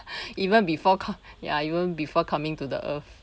even before co~ ya even before coming to the earth